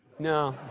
no.